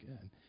good